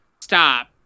stop